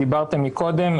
שדיברתם מקודם.